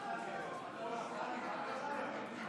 טלי, מה קרה היום?